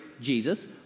Jesus